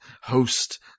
host